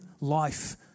life